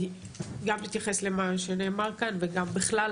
גם יתייחס למה שנאמר כאן וגם בכלל,